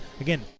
Again